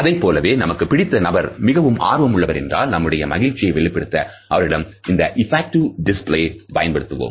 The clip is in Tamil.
அதைப்போலவே நமக்கு பிடித்த நபர் மிகவும் ஆர்வம் உள்ளவர் என்றால் நம்முடைய மகிழ்ச்சியை வெளிப்படுத்த அவரிடமும் இந்த எப்பக்டிவ் டிஸ்ப்ளேஸ் பயன்படுத்துவோம்